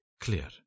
clear